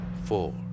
Four